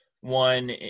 One